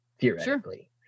theoretically